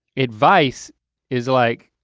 advice is like